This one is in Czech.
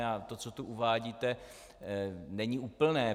A to, co tu uvádíte, není úplné.